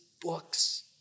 books